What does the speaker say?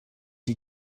die